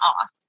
off